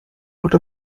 oder